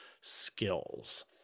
skills